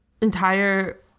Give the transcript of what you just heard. Entire